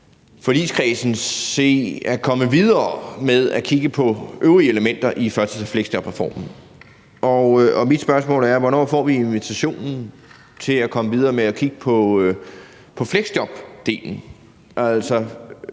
også skal se at komme videre med at kigge på de øvrige elementer i førtids- og fleksjobreformen. Mit spørgsmål er: Hvornår får vi en invitation til at komme videre med at kigge på fleksjobdelen?